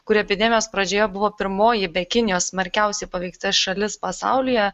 kuri epidemijos pradžioje buvo pirmoji be kinijos smarkiausiai paveikta šalis pasaulyje